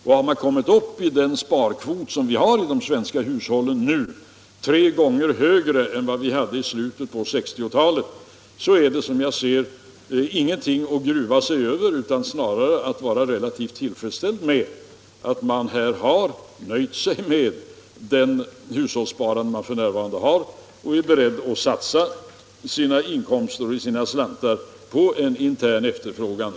Men har man kommit upp i den sparkvot som vi nu har i de svenska hushållen och som är tre gånger högre än vad vi hade i slutet på 1960-talet är det, så som jag ser det, ingenting att gruva sig över, utan det är snarare anledning att vara tillfredsställd med att man har nöjt sig med det hushållssparande man för närvarande har och är beredd att satsa sina inkomster och slantar på en intern efterfrågan.